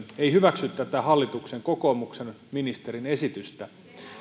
ei hyväksy tätä hallituksen kokoomuksen ministerin esitystä